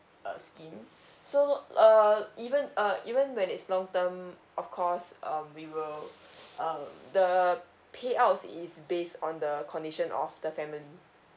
uh scheme so err even uh even when it's long term of course um we will err the payout is based on the condition of the family